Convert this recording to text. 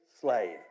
slave